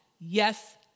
yes